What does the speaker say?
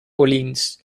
orleans